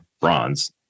bronze